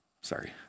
Sorry